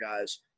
guys